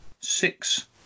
six